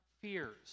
fears